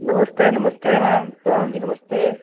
नमस्ते नमस्ते मैम प्रधान जी नमस्ते